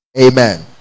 amen